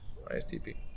ISTP